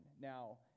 now